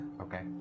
Okay